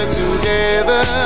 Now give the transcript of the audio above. together